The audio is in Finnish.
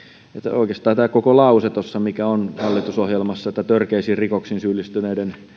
oikeastaan tämä koko lause mikä on hallitusohjelmassa että törkeisiin rikoksiin syyllistyneiden rikoksen